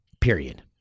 Period